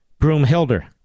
Broomhilder